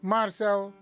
...Marcel